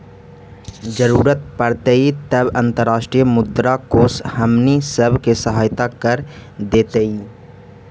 जरूरत पड़तई तब अंतर्राष्ट्रीय मुद्रा कोश हमनी सब के सहायता कर देतई